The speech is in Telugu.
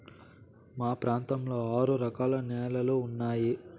మా ప్రాంతంలో ఆరు రకాల న్యాలలు ఉన్నాయి